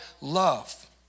love